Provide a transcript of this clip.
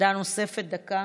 עמדה נוספת, דקה.